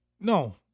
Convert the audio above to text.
No